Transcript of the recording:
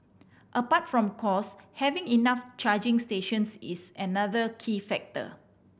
apart from cost having enough charging stations is another key factor